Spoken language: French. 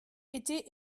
été